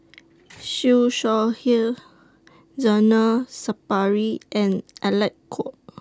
Siew Shaw Her Zainal Sapari and Alec Kuok